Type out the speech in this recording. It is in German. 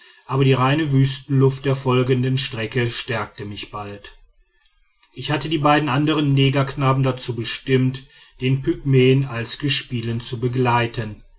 aber die reine wüstenluft der folgenden strecke stärkte mich bald ich hatte die beiden andern negerknaben dazu bestimmt den pygmäen als gespielen zu begleiten